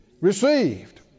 received